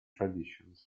traditions